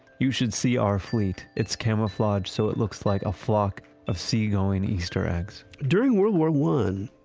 you should see our fleet. it's camouflaged so it looks like a flock of sea-going easter eggs. during world war one,